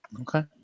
Okay